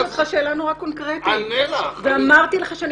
שאלתי אותך שאלה נורא קונקרטית ואמרתי לך שאני